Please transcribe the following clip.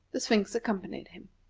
the sphinx accompanied him.